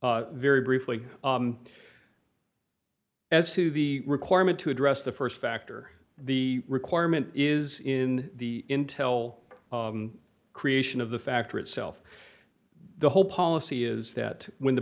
very briefly as to the requirement to address the st factor the requirement is in the intel creation of the factor itself the whole policy is that when the